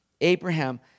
Abraham